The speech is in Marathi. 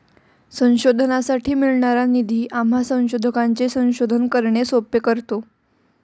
संशोधनासाठी मिळणारा निधी आम्हा संशोधकांचे संशोधन करणे सोपे करतो